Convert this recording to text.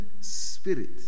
spirit